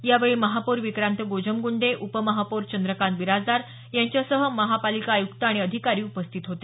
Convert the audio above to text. यावेळी महापौर विक्रांत गोजमगुंडे उपमहापौर चंद्रकांत बिराजदार यांसह महापालिका आयुक्त आणि अधिकारी उपस्थित होते